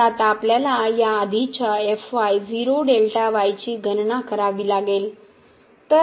तर आता आपल्याला या आधीच्या गणना करावी लागेल